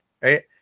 right